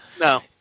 No